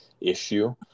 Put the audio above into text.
issue